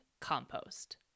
compost